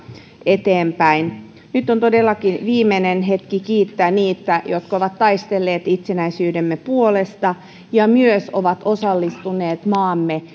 eteenpäin nyt on todellakin viimeinen hetki kiittää niitä jotka ovat taistelleet itsenäisyytemme puolesta ja ovat myös osallistuneet maamme